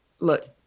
Look